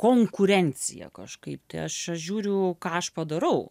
konkurenciją kažkaip tai aš aš žiūriu ką aš padarau